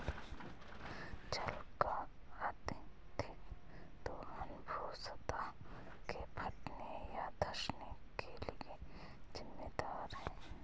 जल का अत्यधिक दोहन भू सतह के फटने या धँसने के लिये जिम्मेदार है